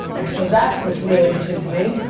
like so that's what's real interesting to me.